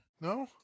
No